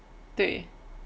对